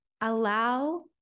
Allow